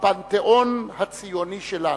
בפנתיאון הציוני שלנו.